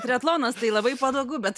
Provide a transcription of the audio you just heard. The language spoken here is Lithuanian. triatlonas tai labai patogu bet